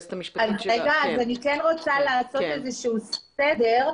אני כן רוצה לעשות איזשהו סדר.